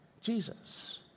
Jesus